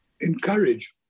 encourage